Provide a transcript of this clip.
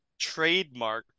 trademarked